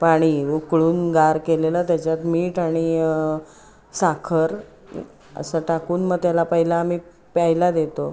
पाणी उकळून गार केलेलं त्याच्यात मीठ आणि साखर असं टाकून मग त्याला पहिला आम्ही प्यायला देतो